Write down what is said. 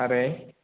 मारै